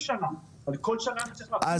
כל שנה אני צריך ---?